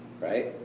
right